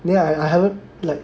yeah I haven't like